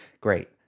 Great